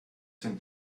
sind